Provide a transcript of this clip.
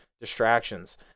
distractions